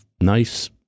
nice